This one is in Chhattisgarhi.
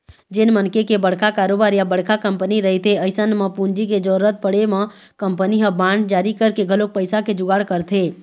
जेन मनखे के बड़का कारोबार या बड़का कंपनी रहिथे अइसन म पूंजी के जरुरत पड़े म कंपनी ह बांड जारी करके घलोक पइसा के जुगाड़ करथे